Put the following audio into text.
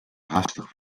haastig